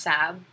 Sab